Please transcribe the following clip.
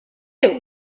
matter